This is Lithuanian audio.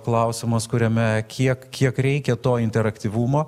klausimas kuriame kiek kiek reikia to interaktyvumo